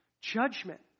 judgment